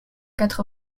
quatre